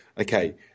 okay